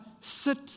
sit